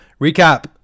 recap